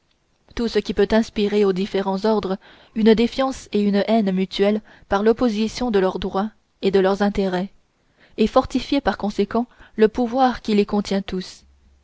tout ce qui peut inspirer aux différents ordres une défiance et une haine mutuelle par l'opposition de leurs droits et de leurs intérêts et fortifier par conséquent le pouvoir qui les contient tous